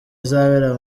izabera